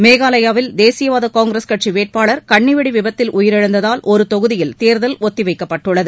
மேகாலயாவில் தேசியவாத காங்கிரஸ் கட்சி வேட்பாளர் கண்ணிவெடி விபத்தில் உயிரிழந்ததால் ஒது தொகுதியில் தேர்தல் ஒத்திவைக்கப்பட்டுள்ளது